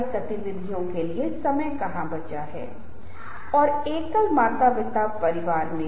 व्यवहार ज्ञान क्योंकि आपके पास वे हैं जो हमें बताएँगे कि क्या चीजें हैं